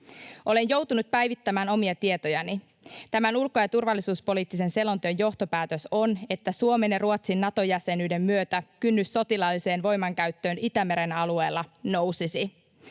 Olen joutunut päivittämään omia tietojani. Tämän ulko- ja turvallisuuspoliittisen selonteon johtopäätös on, että Suomen ja Ruotsin Nato-jäsenyyden myötä kynnys sotilaalliseen voimankäyttöön Itämeren alueella nousisi.